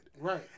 Right